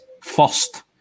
first